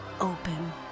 open